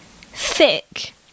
thick